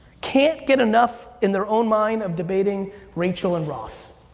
can't get enough in their own mind of debating rachel and ross,